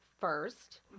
first